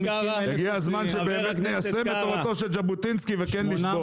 הגיע הזמן שבאמת ניישם את תורתו של ז'בוטינסקי וכן נשבור.